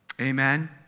Amen